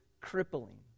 crippling